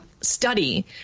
study